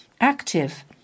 active